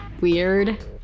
weird